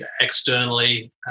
externally